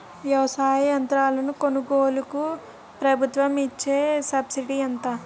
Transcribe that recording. వ్యవసాయ యంత్రాలను కొనుగోలుకు ప్రభుత్వం ఇచ్చే సబ్సిడీ ఎంత?